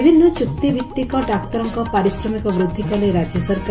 ବିଭିନ୍ନ ଚୁକ୍ତିଭିଭିକ ଡାକ୍ତରଙ୍କ ପାରିଶ୍ରମିକ ବୃଦ୍ଧି କଲେ ରାଜ୍ୟ ସରକାର